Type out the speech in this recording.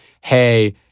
hey—